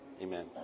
amen